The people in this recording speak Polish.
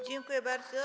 Dziękuję bardzo.